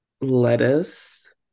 lettuce